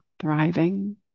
thriving